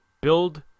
build